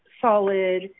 solid